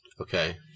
Okay